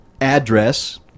address